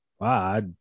Wow